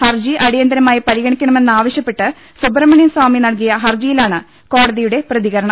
ഹർജി അടിയന്തരമായി പരിഗണിക്കണമെന്ന് ആവശ്യപ്പെട്ട് സുബ്രഹ്മ ണ്യൻ സ്വാമി നൽകിയ ഹർജിയിലാണ് കോടതിയുടെ പ്രതിക രണം